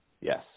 Yes